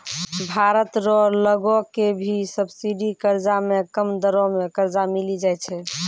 भारत रो लगो के भी सब्सिडी कर्जा मे कम दरो मे कर्जा मिली जाय छै